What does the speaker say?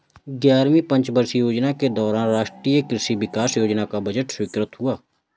ग्यारहवीं पंचवर्षीय योजना के दौरान राष्ट्रीय कृषि विकास योजना का बजट स्वीकृत हुआ